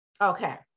Okay